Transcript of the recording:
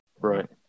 Right